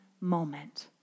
moment